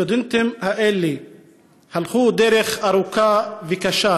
הסטודנטים האלה הלכו דרך ארוכה וקשה,